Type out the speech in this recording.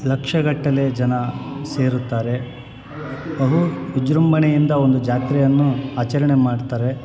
ಲಕ್ಷಗಟ್ಟಲೆ ಜನ ಸೇರುತ್ತಾರೆ ಬಹು ವಿಜೃಂಭಣೆಯಿಂದ ಒಂದು ಜಾತ್ರೆಯನ್ನು ಆಚರಣೆ ಮಾಡ್ತಾರೆ